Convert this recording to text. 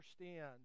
understand